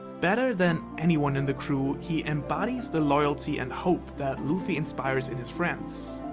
better than anyone in the crew, he embodies the loyalty and hope that luffy inspires in his friends.